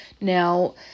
Now